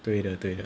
对的对的